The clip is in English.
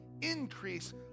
Increase